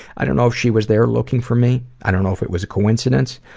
i don't know if she was there looking for me, i don't know if it was a coincidence,